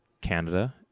canada